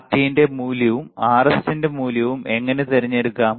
Rt ന്റെ മൂല്യവും Rs ന്റെ മൂല്യവും എങ്ങനെ തിരഞ്ഞെടുക്കാം